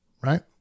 right